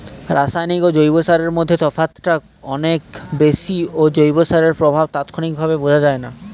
রাসায়নিক ও জৈব সারের মধ্যে তফাৎটা অনেক বেশি ও জৈব সারের প্রভাব তাৎক্ষণিকভাবে বোঝা যায়না